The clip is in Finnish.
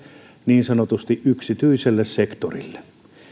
niin sanotusti yksityiselle sektorille